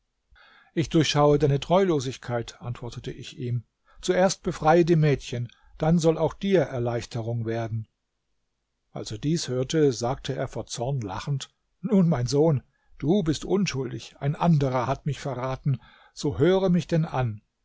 ich durchschaue deine treulosigkeit antwortete ich ihm zuerst befreie die mädchen dann soll auch dir erleichterung werden als er dies hörte sagte er vor zorn lachend nun mein sohn du bist unschuldig ein anderer hat mich verraten so höre mich denn an